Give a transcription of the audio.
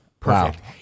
Perfect